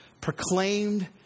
proclaimed